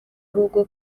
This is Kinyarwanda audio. ahubwo